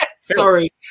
sorry